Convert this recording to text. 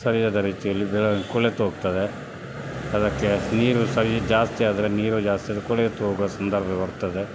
ಸರಿಯಾದ ರೀತಿಯಲ್ಲಿ ಬೆಳೆ ಕೊಳೆತು ಹೋಗ್ತದೆ ಅದಕ್ಕೆ ನೀರು ಸರಿ ಜಾಸ್ತಿ ಆದರೆ ನೀರು ಜಾಸ್ತಿ ಆದರೆ ಕೊಳೆತು ಹೋಗುವ ಸಂದರ್ಭ ಬರ್ತದೆ